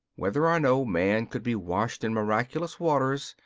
whether or no man could be washed in miraculous waters,